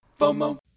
FOMO